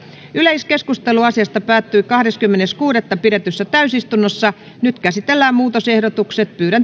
yleiskeskustelu asiasta päättyi kahdeskymmenes kuudetta kaksituhattakahdeksantoista pidetyssä täysistunnossa nyt käsitellään muutosehdotukset